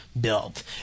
built